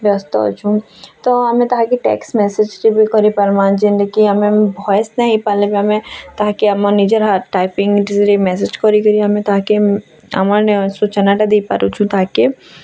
ବ୍ୟସ୍ତ ଅଛୁଁ ତ ଆମେ ତାହାକି ଟେକ୍ସ ମେସେଜ୍ ଯଦି କରିଁ ପାରମା ଜେନ୍ତି କି ଆମେ ଭଏସ୍ ନାଇଁ ହେଇପାରିଲେ ବି ଆମେ ତାହାକେ ଆମର୍ ନିଜର୍ ହାତ୍ ଟାଇପିଙ୍ଗରେ ମେସେଜ୍ କରିକିରି ଆମେ ତାହାକେ ଆମର୍ ସୂଚନାଟା ଦେଇପାରୁଚୁ ତାହାକେ